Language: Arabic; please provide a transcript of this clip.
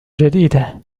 جديدة